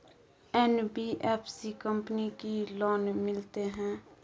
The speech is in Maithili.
एन.बी.एफ.सी कंपनी की लोन मिलते है?